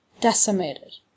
decimated